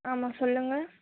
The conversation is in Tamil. ஆமாம் சொல்லுங்கள்